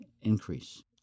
increase